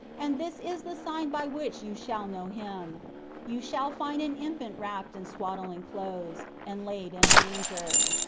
and this is the sign by which you shall know him you shall find an infant wrapped in swaddling clothes, and laid in a manger.